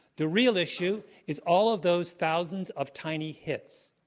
the real issue is all of those thousands of tiny hits.